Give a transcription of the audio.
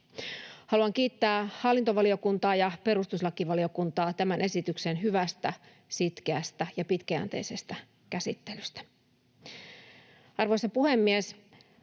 Haluan kiittää hallintovaliokuntaa ja perustuslakivaliokuntaa tämän esityksen hyvästä, sitkeästä ja pitkäjänteisestä käsittelystä. Arvoisa puhemies!